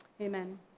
Amen